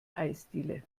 eisdiele